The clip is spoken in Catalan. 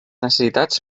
necessitats